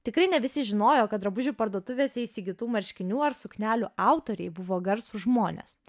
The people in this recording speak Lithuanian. tikrai ne visi žinojo kad drabužių parduotuvėse įsigytų marškinių ar suknelių autoriai buvo garsūs žmonės